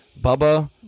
Bubba